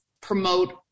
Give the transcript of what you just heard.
promote